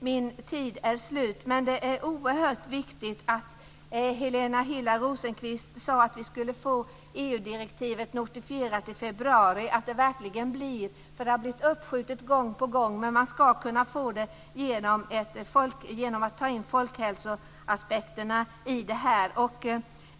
Jag vill dock säga att det här är oerhört viktigt. Helena Hillar Rosenqvist sade att vi ska få EU-direktivet notifierat i februari. Jag hoppas att det verkligen blir så. Det har ju blivit uppskjutet gång på gång men man ska kunna få det genom att ta in folkhälsoaspekterna i det här.